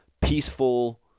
peaceful